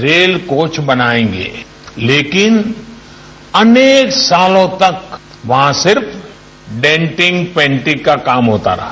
rail coach बनायेंगे लेकिन अनेक सालों तक वहां सिर्फ डेटिंग पेंटिंग का काम चलता रहा